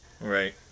Right